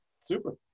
Super